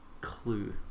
clue